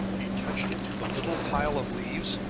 he touched it to the little pile of leaves.